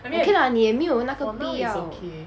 okay lah 你也没有那个必要